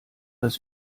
das